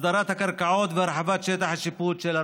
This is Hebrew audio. הסדרת הקרקעות והרחבת שטח השיפוט של הרשויות,